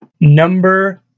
Number